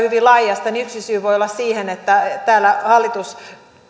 hyvin laajasti yksi syy voi olla se että täällä